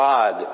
God